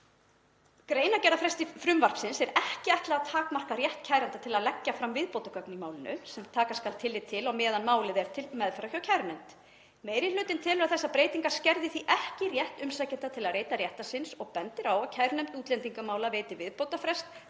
Greinargerðarfresti frumvarpsins er ekki ætlað að takmarka rétt kæranda til að leggja fram viðbótargögn í málinu sem taka skal tillit til á meðan málið er til meðferðar hjá kærunefnd. Meiri hlutinn telur þessar breytingar skerði því ekki rétt umsækjenda til að leita réttar síns og bendir á að kærunefnd útlendingamála veiti viðbótarfrest